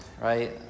right